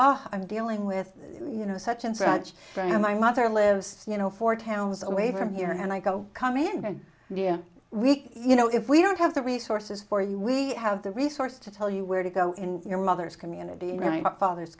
ah i'm dealing with you know such and such and my mother lives you know four towns away from here and i go come in we you know if we don't have the resources for you we have the resources to tell you where to go in your mother's community